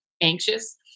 anxious